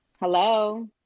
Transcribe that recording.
Hello